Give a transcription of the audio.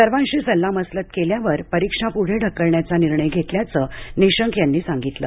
सर्वांशी सल्लामसलत केल्यावर परिक्षा पुढे ढकलण्याचा निर्णय घेतल्याच निशंक यांनी सांगितलं